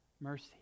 mercy